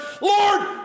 Lord